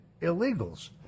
illegals